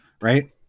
right